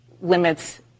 limits